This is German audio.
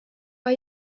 war